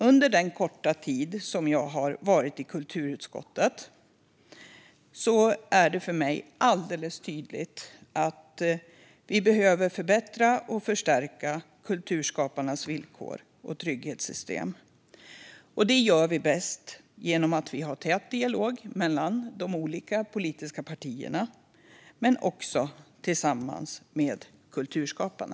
Under den korta tid som jag har varit i kulturutskottet är det för mig alldeles tydligt att vi behöver förbättra och förstärka kulturskaparnas villkor och trygghetssystem. Det gör vi bäst genom en tät dialog mellan de olika politiska partierna och tillsammans med kulturskaparna.